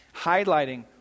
highlighting